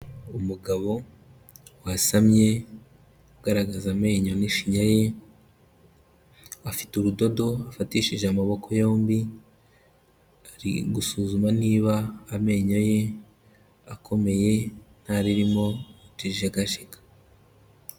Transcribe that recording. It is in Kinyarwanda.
Umugabo wasamye, ugaragaza amenyo n'ishininya ye, afite urudodo afatishije amaboko yombi, ari gusuzuma niba amenyo ye akomeye nta ririmo rijegajega.